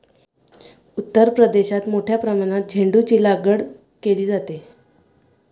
उत्तर प्रदेशात मोठ्या प्रमाणात झेंडूचीलागवड केली जाते